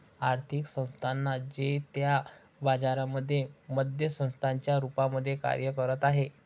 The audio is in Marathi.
आर्थिक संस्थानांना जे त्या बाजारांमध्ये मध्यस्थांच्या रूपामध्ये कार्य करत आहे